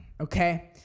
okay